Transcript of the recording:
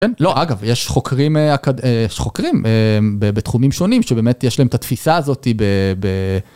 לא אגב יש חוקרים בתחומים שונים שבאמת יש להם את התפיסה הזאת.